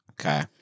Okay